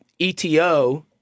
ETO